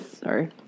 Sorry